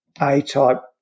A-type